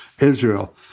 Israel